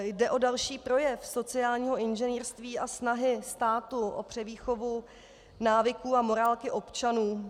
Jde o další projev sociálního inženýrství a snahy státu o převýchovu návyků a morálky občanů.